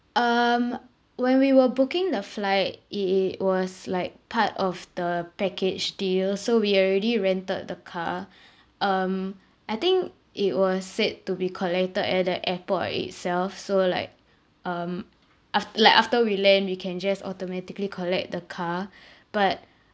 um when we were booking the flight it it was like part of the package deal so we already rented the car um I think it was said to be collected at the airport itself so like um aft~ like after we land we can just automatically collect the car but